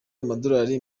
amadorali